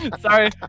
sorry